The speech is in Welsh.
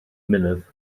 mynydd